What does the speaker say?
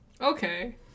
okay